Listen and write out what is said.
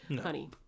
honey